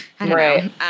right